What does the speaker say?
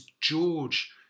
George